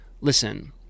listen